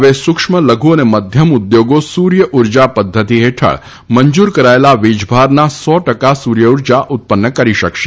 હવેથી સુક્ષ્મ લઘુ અને મધ્યમ ઉદ્યોગો સૂર્ય ઉર્જા પદ્વતિ હેઠળ મંજુર કરાયેલા વીજભારના સો ટકા સૂર્ય ઉર્જા ઉત્પન્ન કરી શકશે